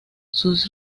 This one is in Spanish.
sus